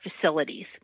Facilities